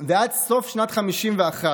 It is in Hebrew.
ועד סוף שנת 1951,